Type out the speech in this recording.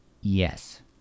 Yes